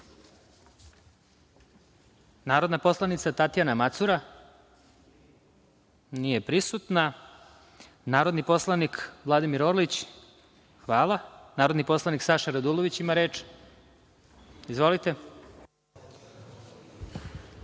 Narodna poslanica Tatjana Macura? Nije prisutna. Narodni poslanik Vladimir Orilić? Hvala. Narodni poslanik Saša Radulović ima reč. Izvolite.